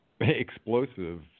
explosive